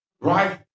Right